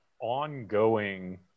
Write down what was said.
ongoing